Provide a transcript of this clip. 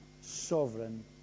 sovereign